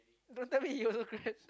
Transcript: don't tell me you also crashed